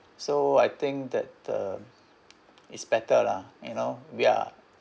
so I think that uh it's better lah you know ya